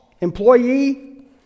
Employee